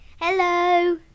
hello